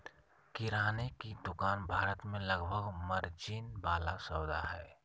किराने की दुकान भारत में लाभ मार्जिन वाला सौदा हइ